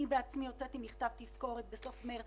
אני בעצמי הוצאתי מכתב תזכורת בסוף מארס